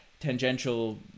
tangential